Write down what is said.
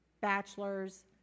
bachelors